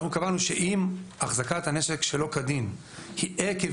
אנחנו קבענו שאם החזקת הנשק שלא כדין היא עקב